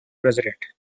resident